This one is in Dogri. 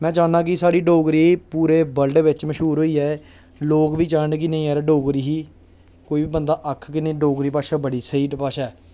में चाह्न्नां कि साढ़ी डोगरी पूरे वर्ल्ड बिच मश्हूर होई जाए लोग बी जानन कि नेईं यार डोगरी ही कोई बंदा आखग कि नेईं डोगरी भाशा बड़ी स्हेई भाशा ऐ